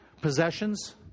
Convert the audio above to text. Possessions